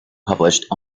published